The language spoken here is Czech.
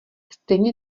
stejně